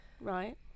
Right